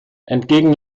entgegen